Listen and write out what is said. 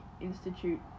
institute